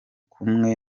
kumwe